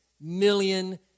million